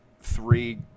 three